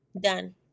done